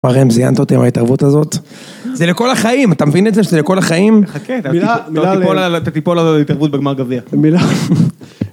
כבר הם זיינת אותי מההתערבות הזאת, זה לכל החיים, אתה מבין את זה שזה לכל החיים? תחכה, תתיפול על ההתערבות בגמר גביע.